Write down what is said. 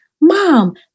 mom